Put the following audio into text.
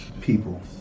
people